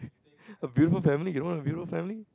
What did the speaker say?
a beautiful family you don't want a beautiful family